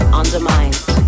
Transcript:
undermined